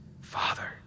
Father